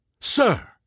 sir